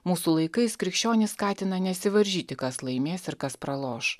mūsų laikais krikščionys skatina nesivaržyti kas laimės ir kas praloš